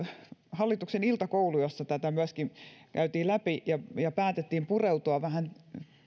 hallituksen iltakoulu jossa tätä myöskin käytiin läpi ja ja päätettiin pureutua vähän